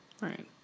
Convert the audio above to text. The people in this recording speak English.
right